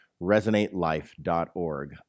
resonatelife.org